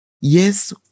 Yes